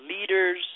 leaders